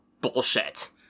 bullshit